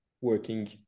working